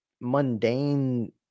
mundane